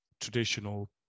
traditional